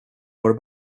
vår